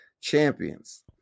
Champions